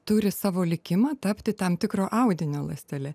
turi savo likimą tapti tam tikro audinio ląstele